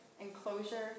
enclosure